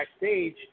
backstage